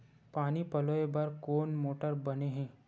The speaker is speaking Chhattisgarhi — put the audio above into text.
पानी पलोय बर कोन मोटर बने हे?